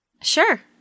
Sure